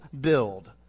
build